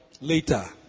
later